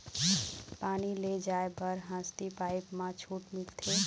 पानी ले जाय बर हसती पाइप मा छूट मिलथे?